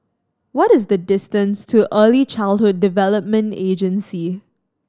what is the distance to Early Childhood Development Agency